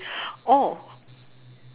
oh